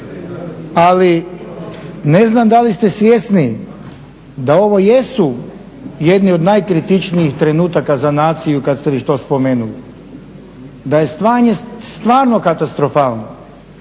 ali ne znam da li ste svjesni da ovo jesu jedni od najkritičnijih trenutaka za naciju kada ste već to spomenuli, da je stanje stvarno katastrofalno,